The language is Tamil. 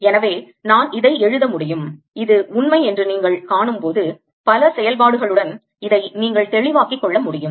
எனவே நான் இதை எழுத முடியும் இது உண்மை என்று நீங்கள் காணும்போது பல செயல்பாடுகளுடன் இதை நீங்கள் தெளிவாக்கிக் கொள்ள முடியும்